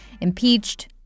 impeached